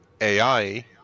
AI